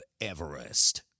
Everest